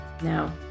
now